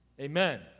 Amen